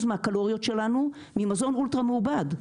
מהקלוריות שלנו ממזון אולטרה מעובד,